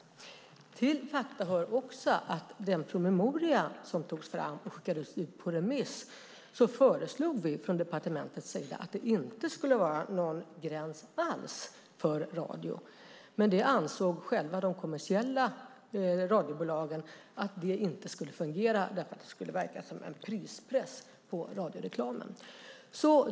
Till fakta hör också att i den promemoria som togs fram och skickades ut på remiss föreslog departementet att det inte skulle vara någon gräns alls för radio. Det ansåg dock de kommersiella radiobolagen inte skulle fungera, för det skulle verka som en prispress på radioreklamen.